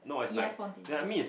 yes spontaneous